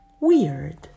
weird